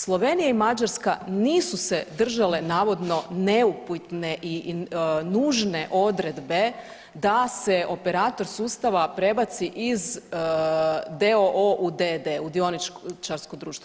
Slovenija i Mađarska nisu se držale navodno neupite i nužne odredbe da se operator sustava prebacio iz d.o.o. u d.d., u dioničarsko društvo.